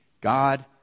God